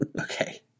Okay